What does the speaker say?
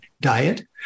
diet